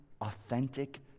authentic